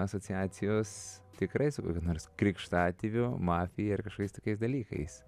asociacijos tikrai su kokia nors krikštatėviu mafija ir kažkokiais tokiais dalykais